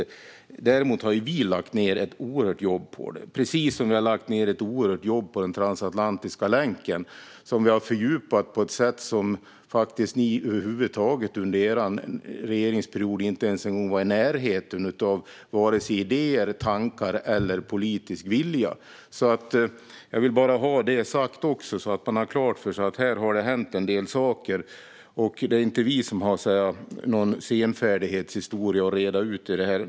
Vi, däremot, har lagt ned ett oerhört stort jobb på detta, precis som vi har lagt ned ett oerhört stort jobb på den transatlantiska länken. Den har vi fördjupat på ett sätt som ni över huvud taget under er regeringsperiod inte ens var i närheten av vare sig när det gäller idéer, tankar eller politisk vilja. Jag vill bara ha det sagt så att man har klart för sig att det har hänt en del saker här. Det är inte vi som har något slags senfärdighetshistoria att reda ut här.